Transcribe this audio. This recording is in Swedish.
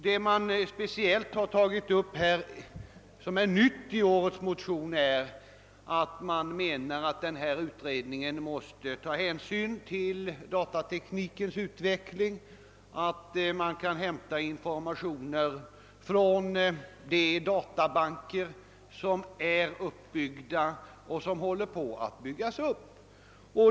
Det man speciellt har tagit upp och som är nytt i årets motion är att denna utredning måste ta hänsyn till datateknikens utveckling, att man kan hämta informationer från de databanker som är uppbyggda eller håller på att byggas upp.